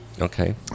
Okay